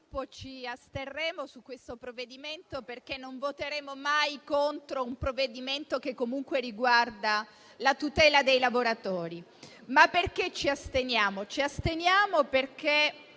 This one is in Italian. Ci asteniamo perché